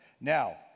Now